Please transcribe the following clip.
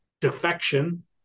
defection